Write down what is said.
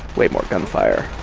way more gunfire